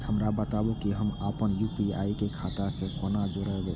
हमरा बताबु की हम आपन यू.पी.आई के खाता से कोना जोरबै?